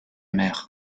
mer